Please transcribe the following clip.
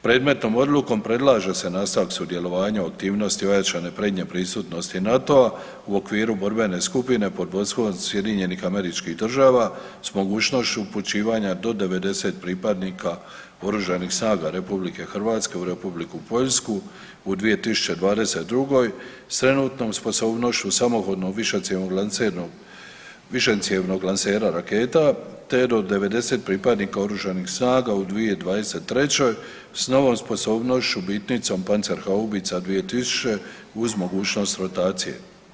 Predmetnom odlukom predlaže se nastavak sudjelovanja u aktivnosti ojačane prednje prisutnosti NATO-a u okviru borbene skupine pod vodstvom SAD-a s mogućnošću upućivanja do 90 pripadnika Oružanih snaga Republike Hrvatske u Republiku Poljsku u 2022. s trenutnom sposobnošću samohodnog višecjevnog lancernog, višecjevnog lansera raketa, te do 90 pripadnika Oružanih snaga u 2023. s novom sposobnošću vitnicom pancer haubica 2000 uz mogućnost rotacije.